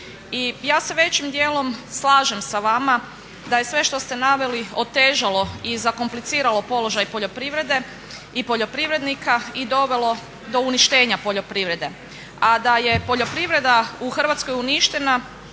I ja se većim dijelom slažem sa vama da je sve što ste naveli otežalo i zakompliciralo položaj poljoprivrede i poljoprivrednika i dovelo do uništenja poljoprivrede. A da je poljoprivreda u Hrvatskoj uništena